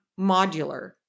modular